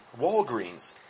Walgreens